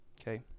Okay